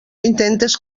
intentes